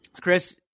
Chris